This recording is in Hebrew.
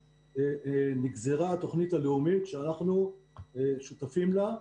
נגזרה התכנית הלאומית שאנחנו שותפים לה.